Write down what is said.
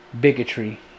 bigotry